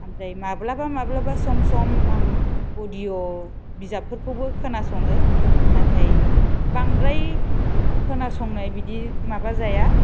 ओमफ्राय माब्लाबा माब्लाबा आं सम सम अडिय' बिजाबफोरखौबो खोनास'ङो नाथाय बांद्राय खोनासंनाय बिदि माबा जाया